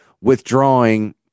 withdrawing